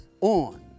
on